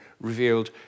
revealed